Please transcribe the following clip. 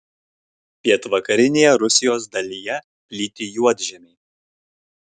pietvakarinėje rusijos dalyje plyti juodžemiai